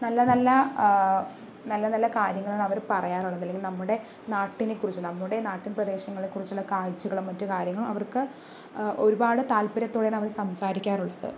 നല്ല നല്ല നല്ല നല്ല കാര്യങ്ങളാണ് അവർ പറയാറുള്ളത് അല്ലെങ്കിൽ നമ്മുടെ നാട്ടിനെക്കുറിച്ച് നമ്മുടെ നാട്ടിൻ പ്രദേശങ്ങളെക്കുറിച്ചുള്ള കാഴ്ച്ചകളും മറ്റ് കാര്യങ്ങളും അവർക്ക് ഒരുപാട് താൽപ്പര്യത്തോടെയാണവർ സംസാരിക്കാറുള്ളത്